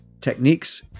techniques